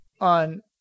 on